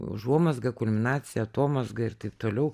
užuomazga kulminacija atomazga ir taip toliau